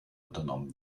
unternommen